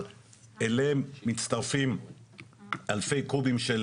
אבל אליהם מצטרפים אלפי קובים של